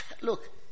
Look